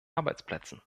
arbeitsplätzen